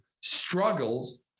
struggles